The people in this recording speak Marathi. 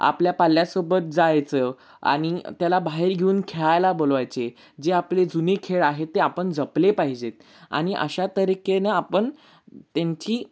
आपल्या पाल्यासोबत जायचं आणि त्याला बाहेर घेऊन खेळायला बोलवायचे जे आपले जुनी खेळ आहे ते आपण जपले पाहिजेत आणि अशा तरीकेनं आपण त्यांची